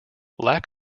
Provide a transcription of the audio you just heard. lack